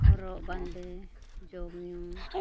ᱦᱚᱨᱚᱜ ᱵᱟᱸᱫᱮ ᱡᱚᱢ ᱧᱩ